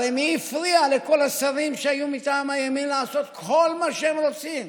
הרי מי הפריע לכל השרים שהיו מטעם הימין לעשות כל מה שהם רוצים?